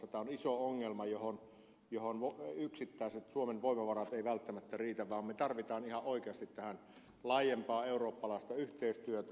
tämä on iso ongelma johon yksittäiset suomen voimavarat eivät välttämättä riitä vaan me tarvitsemme ihan oikeasti tähän laajempaa eurooppalaista yhteistyötä